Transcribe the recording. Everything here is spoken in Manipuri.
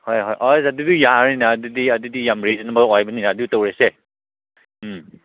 ꯍꯣꯏ ꯍꯣꯏ ꯑꯣꯏꯁ ꯑꯗꯨꯁꯨ ꯌꯥꯔꯅꯤꯅ ꯑꯗꯨꯗꯤ ꯑꯗꯨꯗꯤ ꯌꯥꯝ ꯔꯤꯖꯅꯦꯕꯜ ꯑꯣꯏꯕꯅꯤꯅ ꯑꯗꯨ ꯇꯧꯔꯁꯦ ꯎꯝ